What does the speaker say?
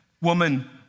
woman